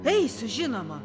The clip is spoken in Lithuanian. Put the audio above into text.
tai sužinoma